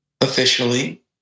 officially